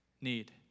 need